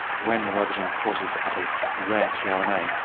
when a ribosome pauses at a rare trna,